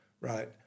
right